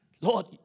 Lord